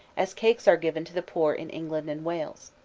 as cakes are given to the poor in england and wales.